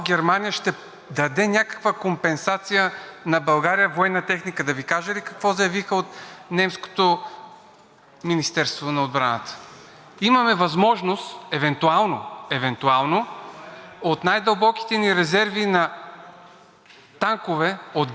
Министерство на отбраната: имаме възможност евентуално, евентуално от най-дълбоките ни резерви на танкове от ГДР да дадем евентуално нещо! Значи ще получим , нали се сещате каква модернизация